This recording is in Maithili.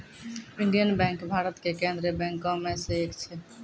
इंडियन बैंक भारत के केन्द्रीय बैंको मे से एक छै